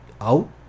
out